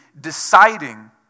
deciding